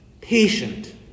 patient